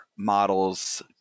models